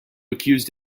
accused